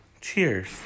cheers